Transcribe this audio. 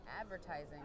Advertising